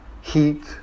heat